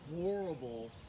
Horrible